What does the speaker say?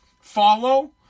Follow